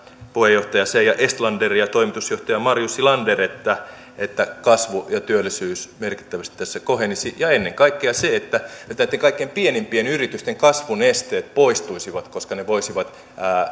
puheenjohtaja seija estlander ja toimitusjohtaja marju silander ainakin näyttävät luottavan siihen että kasvu ja työllisyys merkittävästi tässä kohenisivat ja ennen kaikkea tässä on se että näitten kaikkein pienimpien yritysten kasvun esteet poistuisivat koska ne voisivat